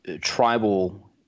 tribal